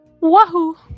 Wahoo